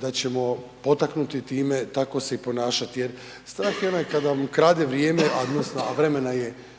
da ćemo potaknuti time tako se i ponašat, jer .../Govornik se ne razumije./... kad vam krade vrijeme, a .../Govornik